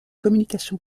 communication